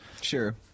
Sure